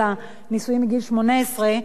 אלא נישואים מגיל 18,